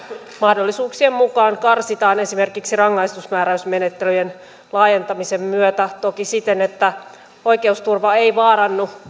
mahdollisuuksien mukaan karsitaan esimerkiksi rangaistusmääräysmenettelyjen laajentamisen myötä toki siten että oikeusturva ei vaarannu